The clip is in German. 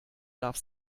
darf